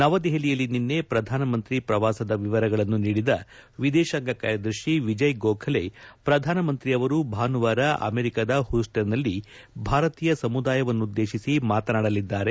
ನವದೆಹಲಿಯಲ್ಲಿ ನಿನ್ನೆ ಪ್ರಧಾನಿ ಪ್ರವಾಸದ ವಿವರಗಳನ್ನು ನೀಡಿದ ವಿದೇಶಾಂಗ ಕಾರ್ಯದರ್ಶಿ ವಿಜಯ್ ಗೋಖಲೆ ಪ್ರಧಾನಿ ಅವರು ಭಾನುವಾರ ಅಮೆರಿಕಾದ ಹೌಸ್ಟನ್ನಲ್ಲಿ ಭಾರತೀಯ ಸಮುದಾಯವನ್ನುದ್ದೇಶಿಸಿ ಮಾತನಾಡಲಿದ್ದಾರೆ